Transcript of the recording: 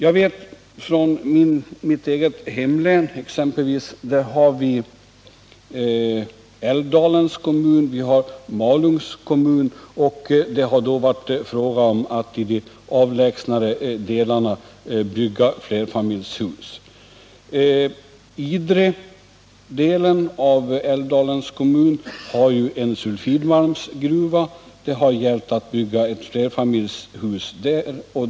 I mitt hemlän har det varit fråga om att bygga flerfamiljshus i de avlägsnare delarna av Älvdalens kommun och Malungs kommun. Idredelen av Älvdalens kommun har en sulfidmalmsgruva, och det har gällt att bygga ett flerfamiljshus där.